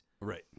Right